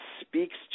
speaks